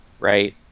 right